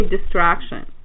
distraction